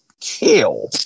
kill